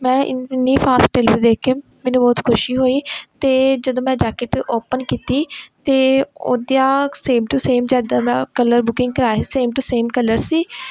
ਮੈਂ ਇੰਨੀ fast delivery ਦੇਖ ਕੇ ਮੈਨੂੰ ਬਹੁਤ ਖੁਸ਼ੀ ਹੋਈ ਅਤੇ ਜਦੋਂ ਮੈਂ ਜੈਕਟ ਓਪਨ ਕੀਤੀ ਤਾਂ ਉਦਿਆ ਸੇਮ ਟੂ ਸੇਮ ਜਿੱਦਾਂ ਮੈਂ ਕਲਰ ਬੁਕਿੰਗ ਕਰਵਾਇਆ ਸੀ same to same colour C